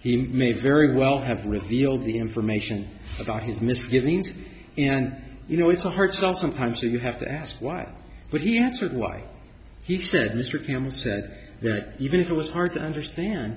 he may very well have revealed the information about his misgivings and you know it's hard sometimes you have to ask why but he answered why he said mr campbell said even if it was hard to understand